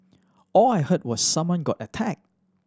all I heard was someone got attacked